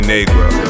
Negro